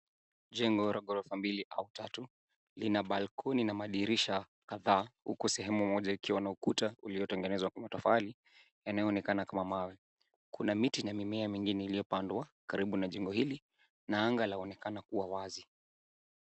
Jengo la ghorofa mbili au tatu lina balcony na madirisha kadhaa huku sehemu moja ikiwa na ukuta uliotengenezwa kwa matofali yanayoonekana kama mawe. Kuna miti na mimea mingine iliyopandwa karibu na jengo hili na anga laonekana kuwa wazi.